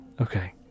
okay